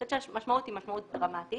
אני חושבת שהמשמעות היא משמעות דרמטית